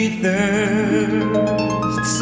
thirst